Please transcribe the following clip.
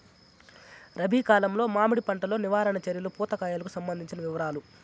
రబి కాలంలో మామిడి పంట లో నివారణ చర్యలు పూత కాయలకు సంబంధించిన వివరాలు?